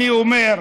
אני אומר,